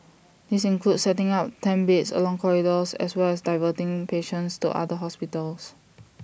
these include setting up tent beds along corridors as well as diverting patients to other hospitals